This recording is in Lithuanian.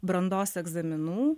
brandos egzaminų